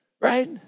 Right